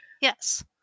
Yes